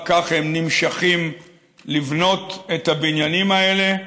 רק כך הם נמשכים לבנות את הבניינים האלה.